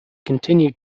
continued